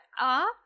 up